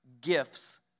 gifts